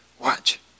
Watch